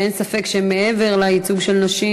אין ספק שמעבר לייצוג של נשים,